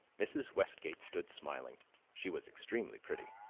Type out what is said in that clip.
mrs. westgate stood smiling she was extremely pretty.